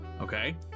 Okay